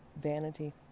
vanity